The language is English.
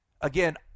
again